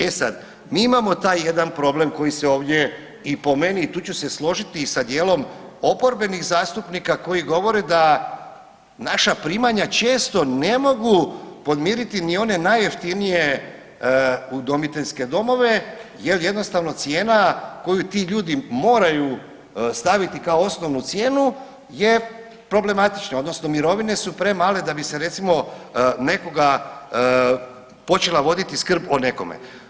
E sad, mi imamo taj jedan problem koji se ovdje i po meni i tu ću se složiti i sa dijelom oporbenih zastupnika koji govore da naša primanja često ne mogu podmiriti ni one najjeftinije udomiteljske domove jel jednostavno cijena koju ti ljudi moraju staviti kao osnovnu cijenu je problematična odnosno mirovine su premale da bi se recimo nekoga počela voditi skrb o nekome.